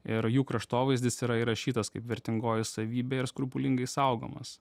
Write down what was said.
ir jų kraštovaizdis yra įrašytas kaip vertingoji savybė ir skrupulingai saugomas